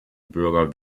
bürger